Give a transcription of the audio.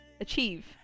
achieve